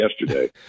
yesterday